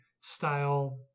style